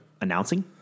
announcing